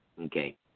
Okay